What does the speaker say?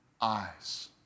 eyes